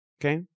Okay